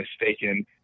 Mistaken